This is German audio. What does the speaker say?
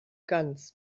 ganz